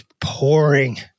pouring